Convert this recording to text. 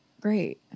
great